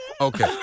Okay